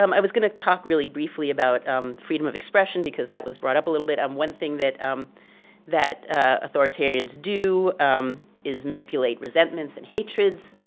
um i was gonna talk really briefly about um freedom of expression because that was brought up a little bit. um one thing that um that authoritarians do is manipulate resentments and hatreds,